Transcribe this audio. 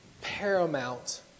paramount